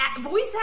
voice